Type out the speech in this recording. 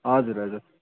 हजुर हजुर